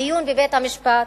הדיון בבית-המשפט